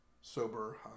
Sober